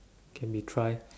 can we try